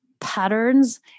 patterns